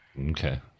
Okay